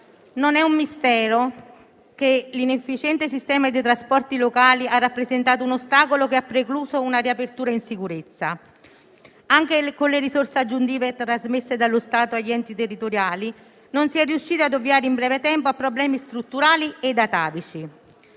nostro Paese, la cui inefficienza - non è un mistero - ha rappresentato un ostacolo che ha precluso una riapertura in sicurezza. Neanche con le risorse aggiuntive trasmesse dallo Stato agli enti territoriali si è riusciti a ovviare in breve tempo a problemi strutturali e atavici.